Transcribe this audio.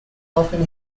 often